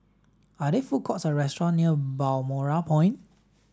are there food courts or restaurant near Balmoral Point